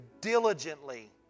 diligently